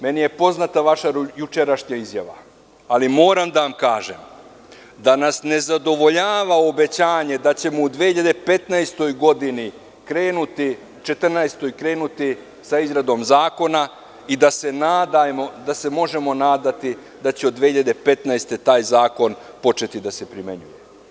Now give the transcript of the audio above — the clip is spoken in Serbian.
Meni je poznata vaša jučerašnja izjava, ali moram da vam kažem da nas ne zadovoljava obećanje da ćemo u 2014. godini krenuti sa izradom zakona i da se možemo nadati da će od 2015. godine, taj zakon početi da se primenjuje.